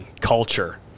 Culture